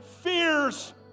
fears